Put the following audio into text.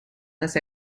this